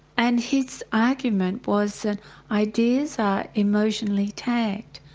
and his argument was that ideas are emotionally tagged.